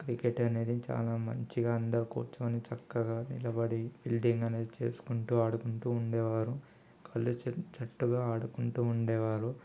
cricket అనేది చాలా మంచిగా అందరు కూర్చుని చక్కగా నిలబడి ఫీల్డింగ్ అనేది చేసుకుంటు ఆడుకుంటు ఉండేవారు కలిసికట్టుగా ఆడుకుంటు ఉండేవారు